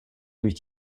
durch